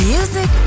Music